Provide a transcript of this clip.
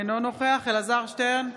אינו נוכח אלעזר שטרן,